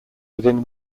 within